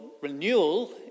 renewal